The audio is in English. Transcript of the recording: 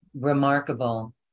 remarkable